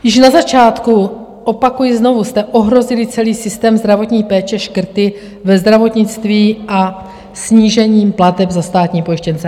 Již na začátku, opakuji znovu, jste ohrozili celý systém zdravotní péče škrty ve zdravotnictví a snížením plateb za státní pojištěnce.